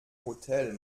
hotel